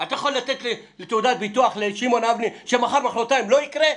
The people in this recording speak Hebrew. האם אתה יכול תעודת ביטוח לשמעון אבני שמחר-מחרתיים זה לא יקרה.